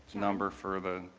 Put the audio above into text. number for the